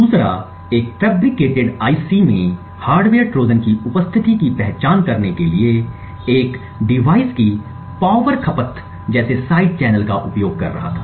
दूसरा एक fabricated IC में हार्डवेयर ट्रोजन की उपस्थिति की पहचान करने के लिए एक डिवाइस की बिजली खपत जैसे साइड चैनल का उपयोग कर रहा था